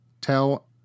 tell